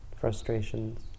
frustrations